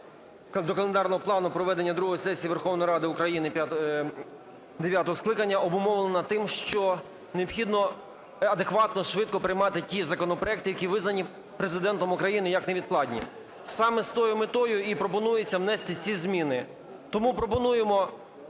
до календарного плану проведення другої сесії Верховної Ради України дев'ятого скликання обумовлено тим, що необхідно адекватно, швидко приймати ті законопроекти, які визначені Президентом України як невідкладні, саме з тою метою і пропонується внести ці зміни. Тому пропонуємо